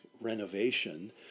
renovation